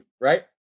right